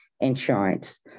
insurance